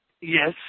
Yes